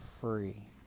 free